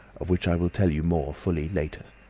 of which i will tell you more fully later.